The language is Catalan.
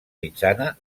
mitjana